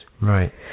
Right